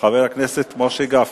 חבר הכנסת משה גפני.